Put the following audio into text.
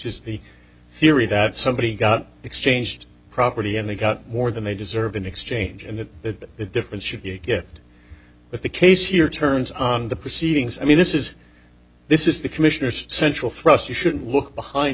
is the theory that somebody got exchanged property and they got more than they deserve in exchange and that the difference should be a gift but the case here turns on the proceedings i mean this is this is the commissioner's central thrust you should look behind